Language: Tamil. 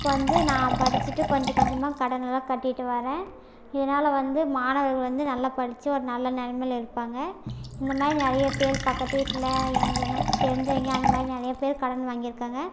இப்போது வந்து நான் படிச்சுட்டு கொஞ்சம் கொஞ்சமாக கடனெலாம் கட்டிட்டு வரேன் இதுனால் வந்து மாணவர்கள் வந்து நல்லா படிச்சு ஒரு நல்ல நிலமையில இருப்பாங்க இந்தமாதிரி நிறைய பேர் பக்கத்து வீட்டில் எனக்கு தெரிஞ்சவங்க அந்தமாதிரி நிறைய பேர் கடன் வாங்கியிருக்காங்க